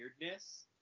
weirdness